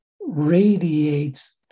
radiates